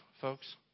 folks